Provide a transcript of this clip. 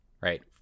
right